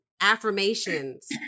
affirmations